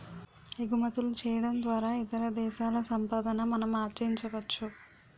ఎగుమతులు చేయడం ద్వారా ఇతర దేశాల సంపాదన మనం ఆర్జించవచ్చు